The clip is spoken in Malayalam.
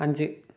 അഞ്ച്